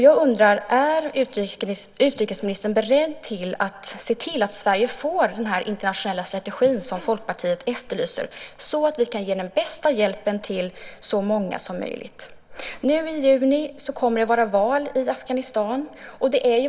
Jag undrar: Är utrikesministern beredd att se till att Sverige får den internationella strategi som Folkpartiet efterlyser så att vi kan ge den bästa hjälpen till så många som möjligt? Nu i juni kommer det att vara val i Afghanistan.